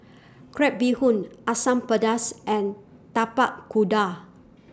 Crab Bee Hoon Asam Pedas and Tapak Kuda